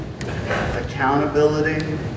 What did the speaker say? accountability